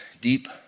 deep